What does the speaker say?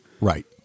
Right